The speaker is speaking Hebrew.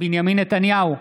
בנימין נתניהו,